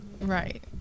Right